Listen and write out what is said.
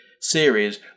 series